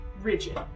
rigid